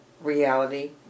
reality